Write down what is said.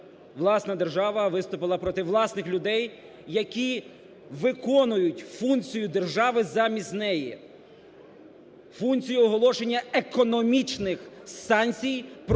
власна держава виступила проти власних людей, які виконують функцію держави замість неї, функцію оголошення економічних санкцій проти